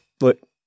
look